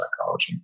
psychology